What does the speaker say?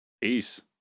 Peace